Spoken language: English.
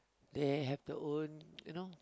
they have the own you know